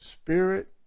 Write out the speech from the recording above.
Spirit